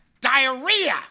diarrhea